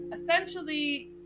essentially